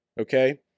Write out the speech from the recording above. Okay